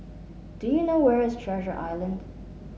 do you know where is Treasure Island